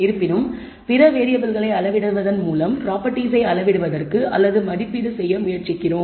இருப்பினும் பிற வேறியபிள்களை அளவிடுவதன் மூலம் ப்ராபெர்டிஸ்ஸை அளவிடுவதற்கு அல்லது மதிப்பிட முயற்சிக்கிறோம்